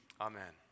amen